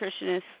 nutritionist